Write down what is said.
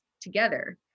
together